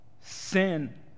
sin